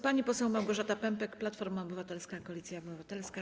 Pani poseł Małgorzata Pępek, Platforma Obywatelska - Koalicja Obywatelska.